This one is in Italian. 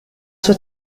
sua